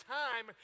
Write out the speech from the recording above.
time